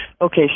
Okay